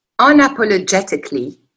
unapologetically